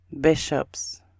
Bishops